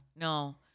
No